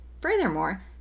Furthermore